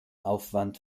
aufwand